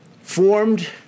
formed